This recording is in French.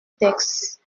texte